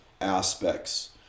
aspects